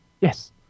Yes